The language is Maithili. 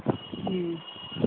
हँ